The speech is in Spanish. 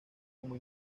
como